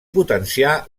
potenciar